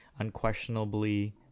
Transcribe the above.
unquestionably